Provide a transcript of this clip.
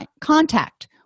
contact